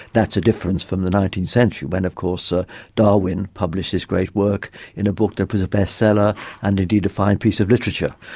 that's a difference from the nineteenth century when of course darwin published his great work in a book that was a bestseller and indeed a fine piece of literature.